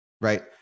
right